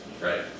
right